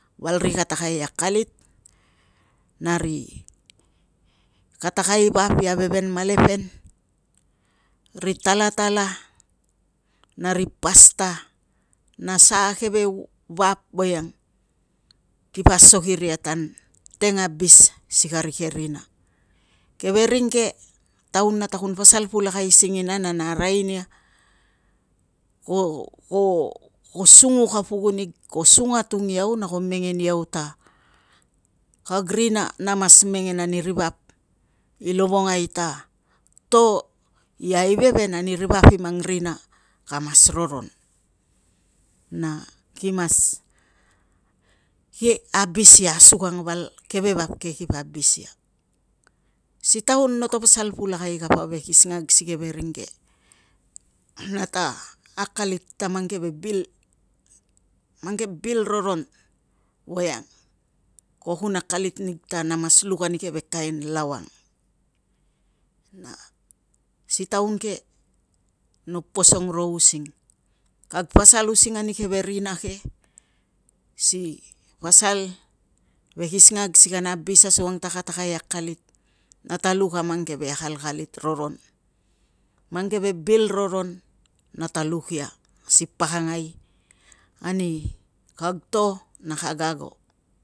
Val ri katakai i akalit, na ri katakai vap i aiveven malepen, ri talatala, na ri pasta, na sa keve vap, voiang kipa asol iria tan teng abis si karii keve rina. Keve ring ke taun nata kun pasal pulakai singina na na kun arai nia ko sunguk a pukun ig, ko sung a tung iau, na ko mengen iau ta kag rina, na mas mengen ani ri vap i lovongai ta to i aiveven ani ri vap i mang rina kamas roron. Na ki mas abis ia asukang val keve vap ke kipa abis ia. Si taun noto pasal pulakai kapa ve kisingag si keve ring nata akalit ta mang keve bil. Mang bil roron voiang ko kun akalit nig ta na kun luk ani keve kain lau ang. Na si taun ke no posong ro using kag pasal using ani keve rina ke si pasal ve kisingag, si kana abis asukang ta katakai i akalit. Nata luk a mang keve akalit roron, mang keve bil roron nata luk ia si pakangai ani kag to, na kag ago.